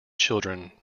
children